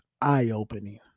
eye-opening